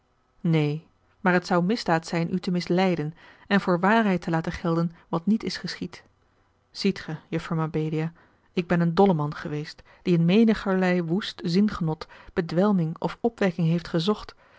neen maar het zou misdaad zijn u te misleiden en voor waarheid te laten gelden wat niet is geschied ziet ge juffer mabelia ik ben een dolleman geweest die in menigerlei woest zingenot bedwelming of opwekking heeft gezocht